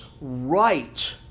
right